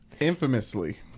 Infamously